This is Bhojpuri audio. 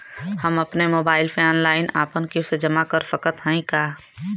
हम अपने मोबाइल से ऑनलाइन आपन किस्त जमा कर सकत हई का?